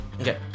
Okay